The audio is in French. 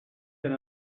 d’un